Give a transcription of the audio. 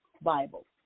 Bible